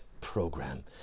program